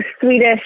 Swedish